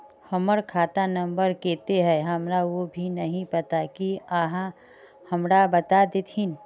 हमर खाता नम्बर केते है हमरा वो भी नहीं पता की आहाँ हमरा बता देतहिन?